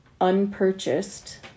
unpurchased